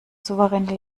souveräne